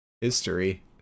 history